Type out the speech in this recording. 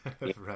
Right